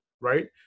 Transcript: right